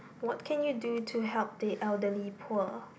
what can you do to help the elderly poor